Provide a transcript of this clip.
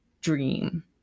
dream